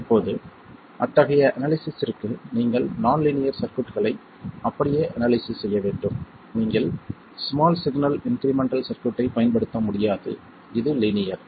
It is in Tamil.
இப்போது அத்தகைய அனாலிசிஸ்ற்கு நீங்கள் நான் லீனியர் சர்க்யூட்களை அப்படியே அனாலிசிஸ் செய்ய வேண்டும் நீங்கள் ஸ்மால் சிக்னல் இன்க்ரிமெண்டல் சர்க்யூட்டை பயன்படுத்த முடியாது இது லீனியர்